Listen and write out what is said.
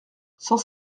cent